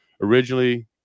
originally